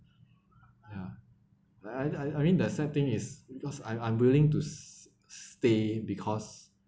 ya I I mean the sad thing is because I'm I'm willing to s~ stay because